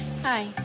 Hi